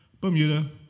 Bermuda